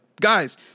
Guys